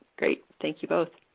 great. thank you both.